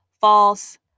false